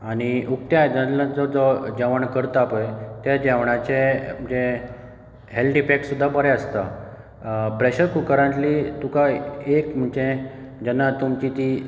आनी उकत्या आयदनांतल्यान जो जेवण करता पळय त्या जेवणाचे जे हेल्थ इफेक्ट सुद्दां बरें आसत प्रेशर कुकरांतली तुका एक म्हणजे जेन्ना तुमची ती